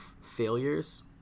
failures